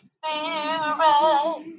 Spirit